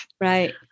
Right